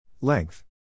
Length